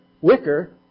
wicker